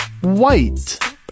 White